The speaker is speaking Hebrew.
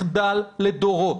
מחדל לדורות.